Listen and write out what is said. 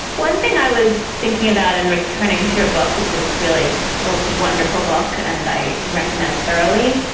one thing i was thinking about and returning to your book, which is really just a wonderful book and i recommend thoroughly,